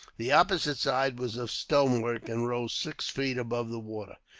the opposite side was of stonework, and rose six feet above the water.